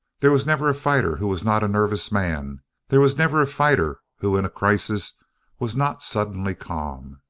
there was never a fighter who was not a nervous man there was never a fighter who in a crisis was not suddenly calm.